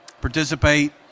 participate